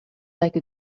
like